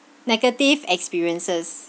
negative experiences